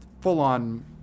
full-on